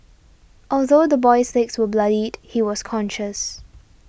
although the boy's legs were bloodied he was conscious